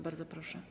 Bardzo proszę.